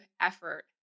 effort